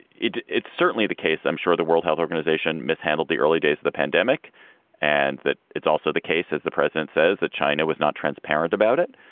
it's certainly the case. i'm sure the world health organization mishandled the early days of the pandemic and that it's also the case, as the president says, that china was not transparent about it